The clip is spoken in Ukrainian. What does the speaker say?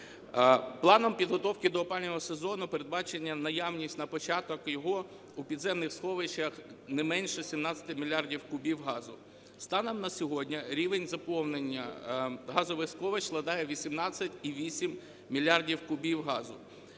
Планом підготовки до опалювального сезону передбачена наявність на початок його у підземних сховищах не менше 17 мільярдів кубів газу. Станом на сьогодні рівень заповнення газових сховищ складає 18,8 мільярдів кубів газу.